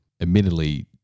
Admittedly